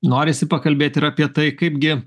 norisi pakalbėt ir apie tai kaipgi